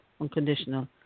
unconditional